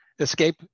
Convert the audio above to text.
escape